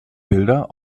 bilder